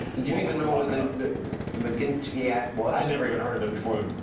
did you even know what magnitsky act was? i'd never even heard of it before,